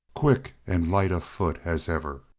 quick and light of foot as ever.